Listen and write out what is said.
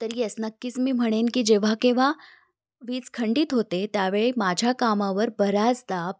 तर येस नक्कीच मी म्हणेन की जेव्हा केव्हा वीज खंडित होते त्यावेळी माझ्या कामावर बऱ्याचदा